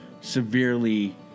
Severely